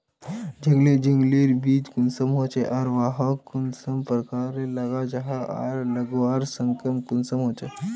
झिंगली झिंग लिर बीज कुंसम होचे आर वाहक कुंसम प्रकारेर लगा जाहा आर लगवार संगकर कुंसम होचे?